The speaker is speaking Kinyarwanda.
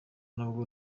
nabwo